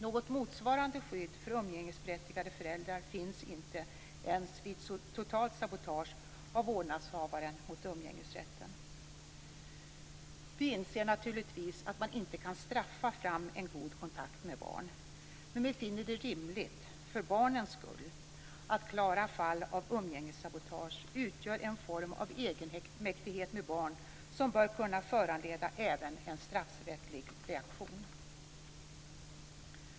Något motsvarande skydd för umgängesberättigade föräldrar finns inte, ens vid totalt sabotage av umgängesrätten från vårdnadshavarens sida. Vi inser naturligtvis att man inte kan straffa fram en god kontakt med barn. Men vi finner det rimligt, för barnens skull, att klara fall av umgängessabotage skall utgöra en form av egenmäktighet med barn och bör kunna föranleda även en straffrättslig reaktion.